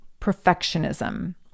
perfectionism